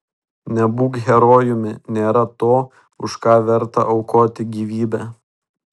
nebūk herojumi nėra to už ką verta aukoti gyvybę